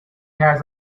has